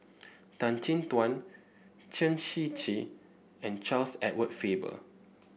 Tan Chin Tuan Chen Shiji and Charles Edward Faber